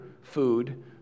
food